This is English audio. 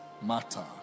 matter